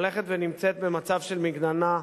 הולכת ונמצאת במצב של מגננה,